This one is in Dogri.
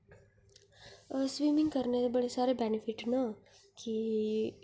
हां स्विमिंग करने दे बडे़ सारे बेनिफिट न कि